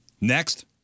Next